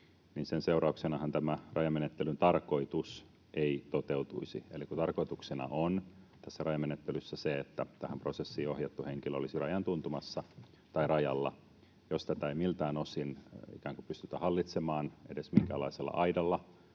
sen seurauksenahan rajamenettelyn tarkoitus ei toteutuisi. Eli kun tarkoituksena on tässä rajamenettelyssä se, että tähän prosessiin ohjattu henkilö olisi rajan tuntumassa tai rajalla, jos tätä ei miltään osin ikään kuin pystytä hallitsemaan edes minkäänlaisella aidalla